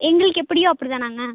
எங்களுக்கு எப்படியோ அப்படிதானாங்க